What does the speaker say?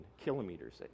kilometers